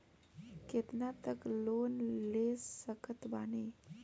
कितना तक लोन ले सकत बानी?